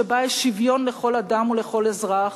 שבה יש שוויון לכל אדם ולכל אזרח,